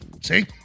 See